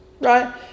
right